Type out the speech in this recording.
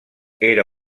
era